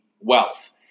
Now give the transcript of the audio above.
wealth